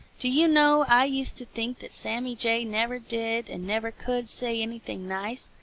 do you know, i used to think that sammy jay never did and never could say anything nice,